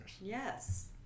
yes